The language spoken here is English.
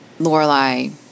Lorelai